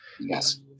Yes